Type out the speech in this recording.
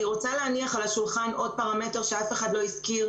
אני רוצה להניח על השולחן על השולחן עוד פרמטר שאף אחד לא הזכיר,